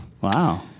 wow